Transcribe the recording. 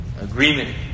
agreement